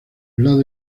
lados